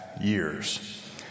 years